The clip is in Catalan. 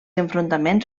enfrontaments